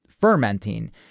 fermenting